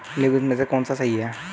निम्नलिखित में से कौन सा सही है?